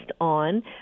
on